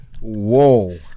Whoa